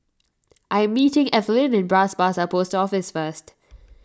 I am meeting Ethelyn at Bras Basah Post Office first